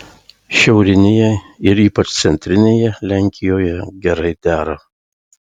šiaurinėje ir ypač centrinėje lenkijoje gerai dera